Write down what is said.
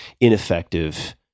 ineffective